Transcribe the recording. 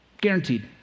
Guaranteed